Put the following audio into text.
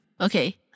okay